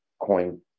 coin